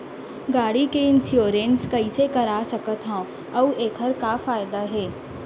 गाड़ी के इन्श्योरेन्स कइसे करा सकत हवं अऊ एखर का फायदा हे?